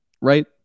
Right